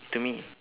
to me